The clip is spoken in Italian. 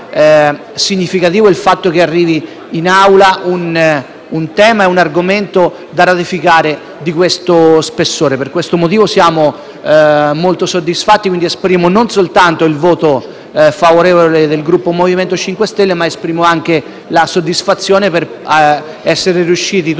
significativo che arrivi in Aula un argomento di questo spessore. Per questo motivo siamo molto soddisfatti e, quindi, esprimo non soltanto il voto favorevole del Gruppo MoVimento 5 Stelle, ma anche la soddisfazione per essere riusciti tutti